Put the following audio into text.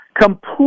Complete